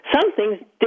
something's